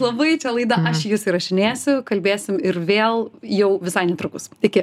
labai čia laida aš jus įrašinėsiu kalbėsim ir vėl jau visai netrukus iki